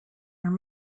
are